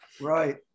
Right